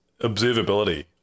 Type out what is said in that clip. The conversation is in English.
observability